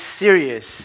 serious